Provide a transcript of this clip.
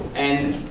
and